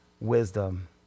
wisdom